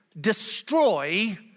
destroy